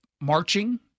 marching